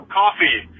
coffee